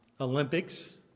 Olympics